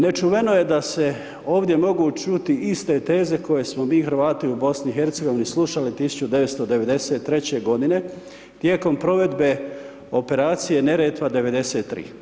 Nečuveno je da se ovdje mogu čuti iste teze koje smo mi Hrvati u BiH slušali 1993. godine tijekom provedbe „Operacije Neretva '93.